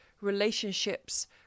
relationships